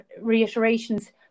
reiterations